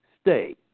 stay